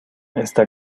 está